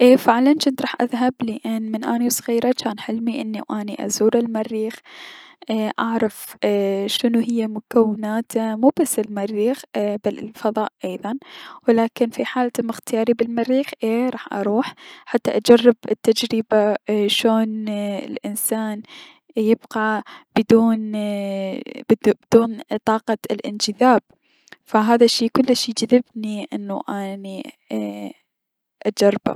اي فعلا جنت راح اذهب لأن من اني و صغيرة جان حلمي اني ازور المريخ، اي اعرف ايي- شنو هي مكوناته, مو بس المريخ بل الفضاء ايضا ولكن في حال تم اختياري بلمريخ اي راح اروح حتى اجرب حتى اجرب الشعور ايي- شلون الأنسان ايي- يبقى بدون اي- بدون طاقة الأنجذاب، فهذا الشي كلش يجذبني انو اني اجربه.